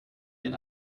den